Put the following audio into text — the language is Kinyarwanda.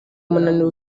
umunaniro